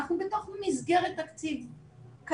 אנחנו בתוך מסגרת תקציב קיימת,